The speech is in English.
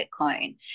Bitcoin